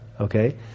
okay